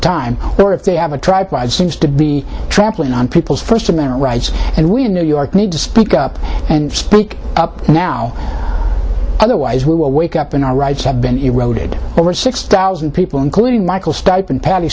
time or if they have a tripod seems to be trampling on people's first amendment rights and we in new york need to speak up and speak up now otherwise we will wake up in our rights have been eroded over six thousand people including michael stipe and patt